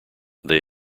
they